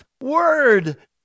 word